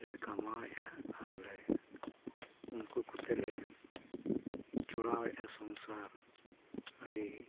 ᱞᱮ ᱠᱟᱢᱟᱣᱮᱫᱼᱟ ᱟᱨ ᱞᱮ ᱩᱱᱠᱩ ᱠᱚᱛᱮᱞᱮ ᱪᱚᱲᱟᱣᱮᱫᱼᱟ ᱥᱚᱝᱥᱟᱨ ᱟᱹᱰᱤ